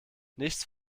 nichts